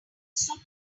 some